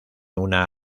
una